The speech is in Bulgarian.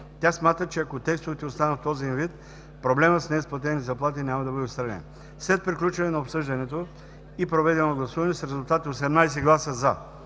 Тя смята, че ако текстовете останат в този им вид, проблемът с неизплатените заплати няма да бъде отстранен. След приключване на обсъждането и проведеното гласуване с резултати: 18 гласа „за“,